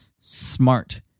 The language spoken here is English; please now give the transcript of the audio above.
smart